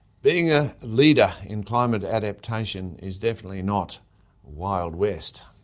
being a leader in climate adaptation is definitely not wild west.